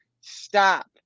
stop